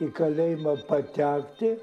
į kalėjimą patekti